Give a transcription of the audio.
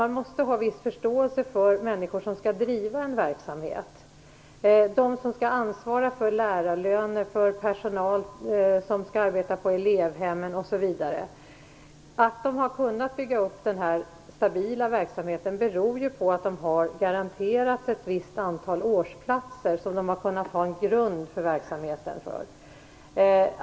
Man måste ha en viss förståelse för de människor som skall driva en verksamhet, de som skall ansvara för lärarlöner, för personal som skall arbeta på elevhemmen osv. Att man har kunnat bygga upp denna stabila verksamhet beror ju på att man har garanterats ett visst antal årsplatser, vilket har utgjort en grund för verksamheten.